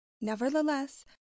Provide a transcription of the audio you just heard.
nevertheless